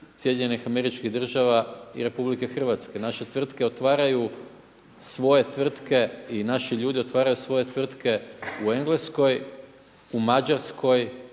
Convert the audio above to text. između SAD-a i RH. Naše tvrtke otvaraju svoje tvrtke i naši ljudi otvaraju svoje tvrtke u Engleskoj, u Mađarskoj,